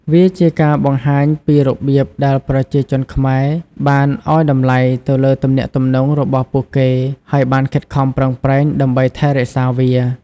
វាជាការបង្ហាញពីរបៀបដែលប្រជាជនខ្មែរបានឲ្យតម្លៃទៅលើទំនាក់ទំនងរបស់ពួកគេហើយបានខិតខំប្រឹងប្រែង ដើម្បីថែរក្សាវា។